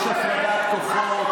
יש הפרדת כוחות.